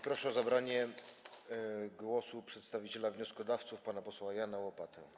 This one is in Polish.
Proszę o zabranie głosu przedstawiciela wnioskodawców pana posła Jana Łopatę.